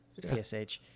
PSH